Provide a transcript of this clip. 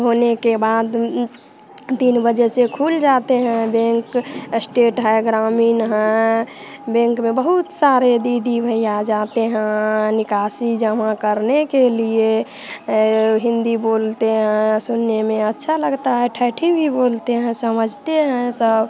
होने के बाद तीन बजे से खुल जाते हैं बैंक स्टेट हैं ग्रामीण हैं बैंक में बहुत सारे दीदी भइया जाते हाँ निकासी जमा करने के लिए हिन्दी बोलते हैं सुनने में अच्छा लगते हैं सुनने में अच्छा लगता है ठेठी भी बोलते हैं समझते हैं सब